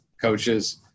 coaches